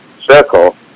circle